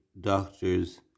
doctors